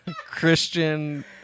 Christian